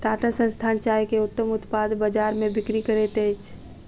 टाटा संस्थान चाय के उत्तम उत्पाद बजार में बिक्री करैत अछि